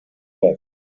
best